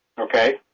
Okay